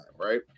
right